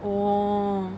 oh